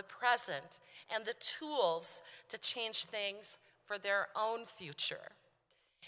the present and the tools to change things for their own future